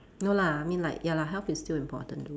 no lah I mean like ya lah health is still important though